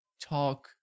talk